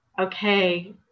okay